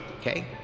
Okay